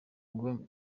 ngo